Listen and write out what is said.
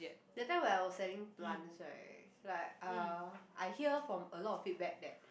that time when I was selling plants right like uh I hear from a lot feedback that